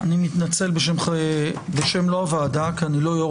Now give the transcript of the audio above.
אני מתנצל - לא בשם הוועדה כי אני לא יושב ראש